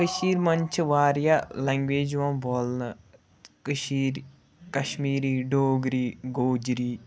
کٔشیٖرِ منٛز چھِ واریاہ لینٛگویج یِوان بولنہٕ کٔشیٖرِ کَشمیٖری ڈوگری گوجری